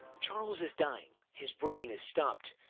charles is dying. his breathing has stopped.